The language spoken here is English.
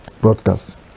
broadcast